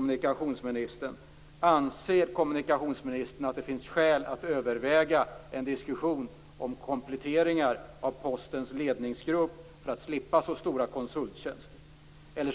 med allt detta. Anser kommunikationsministern att det finns skäl att överväga en diskussion om kompletteringar av Postens ledningsgrupp för att slippa de här omfattande konsulttjänsterna?